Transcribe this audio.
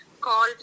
called